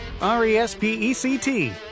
R-E-S-P-E-C-T